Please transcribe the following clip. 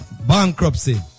Bankruptcy